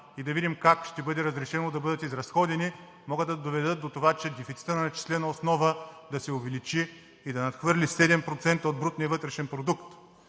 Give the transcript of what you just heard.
– да видим как ще бъде разрешено да бъдат изразходени, могат да доведат до това, че дефицитът на начислена основа да се увеличи и да надхвърли 7% от брутния вътрешен продукт.